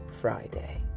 Friday